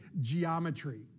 geometry